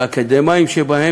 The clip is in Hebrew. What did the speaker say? שהאקדמאים שבהם,